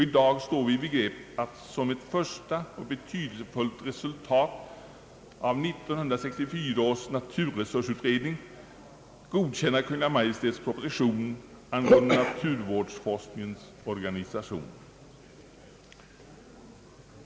I dag står vi i begrepp att som ett första och betydelsefullt resultat av 1964 års naturresursutredning godkänna Kungl. Maj:ts proposition angående <naturvårdsforskningens organisation.